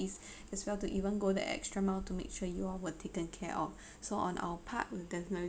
as well to even go the extra mile to make sure you all were taken care of so on our part will definitely